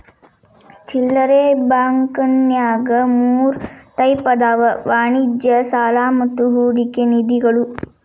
ಚಿಲ್ಲರೆ ಬಾಂಕಂನ್ಯಾಗ ಮೂರ್ ಟೈಪ್ ಅದಾವ ವಾಣಿಜ್ಯ ಸಾಲಾ ಮತ್ತ ಹೂಡಿಕೆ ನಿಧಿಗಳು